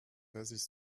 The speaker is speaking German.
wessis